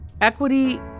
equity